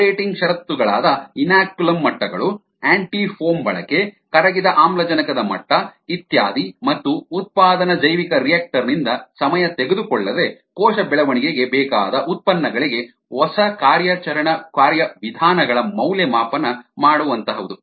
operating ಷರತ್ತುಗಳಾದ inoculum ಮಟ್ಟಗಳು antifoam ಬಳಕೆ ಕರಗಿದ ಆಮ್ಲಜನಕದ ಮಟ್ಟ ಇತ್ಯಾದಿ ಮತ್ತು ಉತ್ಪಾದನಾ ಜೈವಿಕರಿಯಾಕ್ಟರ್ ನಿಂದ ಸಮಯ ತೆಗೆದುಕೊಳ್ಳದೆ ಕೋಶ ಬೆಳವಣಿಗೆಗೆ ಬೇಕಾದ ಉತ್ಪನ್ನಗಳಿಗೆ ಹೊಸ ಕಾರ್ಯಾಚರಣಾ ಕಾರ್ಯವಿಧಾನಗಳ ಮೌಲ್ಯಮಾಪನ ಮಾಡುವಂತಹುದು